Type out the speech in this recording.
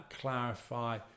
clarify